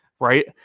right